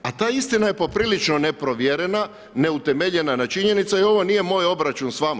A ta istina je poprilično neprovjerena, neutemeljena činjenica i ovo nije moj obračun s vama.